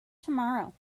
tomorrow